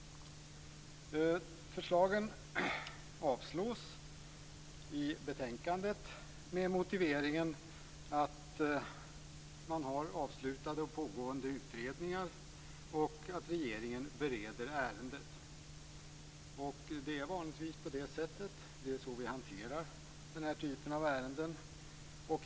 Yrkandena avslås i betänkandet med motiveringen att det finns avslutade och pågående utredningar och att regeringen bereder ärendet. Det är vanligtvis på det sättet. Det är så vi hanterar denna typ av ärenden.